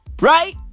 Right